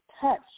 touch